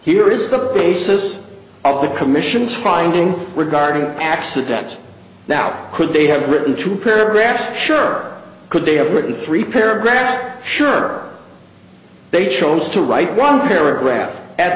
here is the basis of the commission's finding regarding accidents now could they have written two paragraphs sure could they have written three paragraphs sure they chose to write one paragraph at